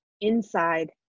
inside